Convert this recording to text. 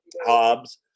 Hobbs